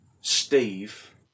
Steve